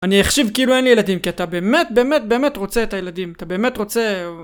אני אחשיב כאילו אין לי ילדים, כי אתה באמת באמת באמת רוצה את הילדים, אתה באמת רוצה...